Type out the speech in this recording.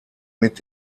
mit